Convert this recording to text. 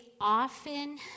often